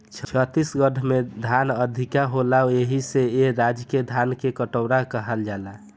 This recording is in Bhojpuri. छत्तीसगढ़ में धान अधिका होला एही से ए राज्य के धान के कटोरा कहाला